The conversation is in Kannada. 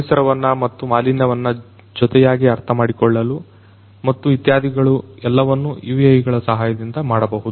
ಪರಿಸರವನ್ನು ಮತ್ತು ಮಾಲಿನ್ಯವನ್ನು ಜೊತೆಯಾಗಿ ಅರ್ಥಮಾಡಿಕೊಳ್ಳಲು ಮತ್ತು ಇತ್ಯಾದಿಗಳು ಎಲ್ಲವುಗಳನ್ನು UAV ಗಳ ಸಹಾಯದಿಂದ ಮಾಡಬಹುದು